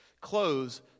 close